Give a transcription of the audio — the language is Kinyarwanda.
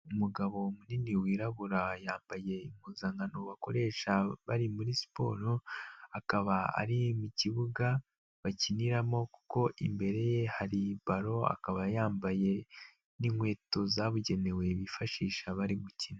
Umugabo munini wirabura yambaye impuzankano bakoresha bari muri siporo, akaba ari mu kibuga bakiniramo kuko imbere ye hari ballon, akaba yambaye n'inkweto zabugenewe bifashisha bari gukina.